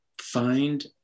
find